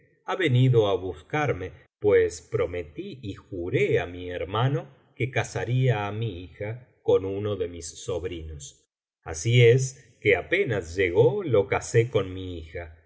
ha venido á buscarme pues prometí y juré á mi hermano que casaría á mi hija con uno de mis sobrinos así es que apenas llegó lo casé con mi hija